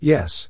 Yes